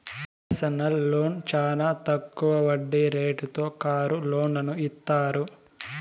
personal loan చానా తక్కువ వడ్డీ రేటుతో కారు లోన్లను ఇత్తారు